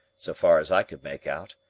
so far as i could make out,